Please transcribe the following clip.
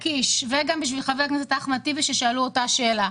בשביל חבר הכנסת קיש וחבר הכנסת טיבי ששאלו את אותה השאלה: